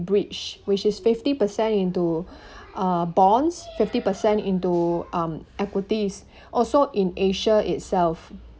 bridge which is fifty per cent into uh bonds fifty per cent into um equities also in asia itself